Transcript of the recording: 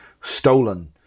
stolen